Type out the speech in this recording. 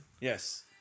Yes